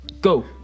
Go